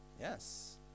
yes